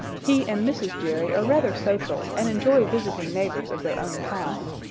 he and mrs. jerry are rather social and enjoy visiting neighbors of their own kind.